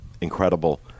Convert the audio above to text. incredible